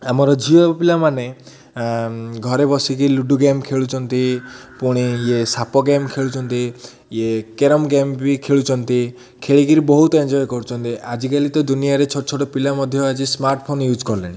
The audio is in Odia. ଆମର ଝିଅ ପିଲାମାନେ ଘରେ ବସିକି ଲୁଡ଼ୁ ଗେମ୍ ଖେଳୁଛନ୍ତି ପୁଣି ଇଏ ସାପ ଗେମ୍ ଖେଳୁଛନ୍ତି ଇଏ କ୍ୟାରମ୍ ଗେମ୍ବି ଖେଳୁଛନ୍ତି ଖେଳିକିରି ବହୁତ ଏନ୍ଜଏ୍ କରୁଛନ୍ତି ଆଜିକାଲି ତ ଦୁନିଆରେ ଛୋଟ ଛୋଟ ପିଲା ମଧ୍ୟ ଆଜି ସ୍ମାର୍ଟଫୋନ୍ ୟୁଜ୍ କଲେଣି